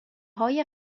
های